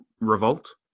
revolt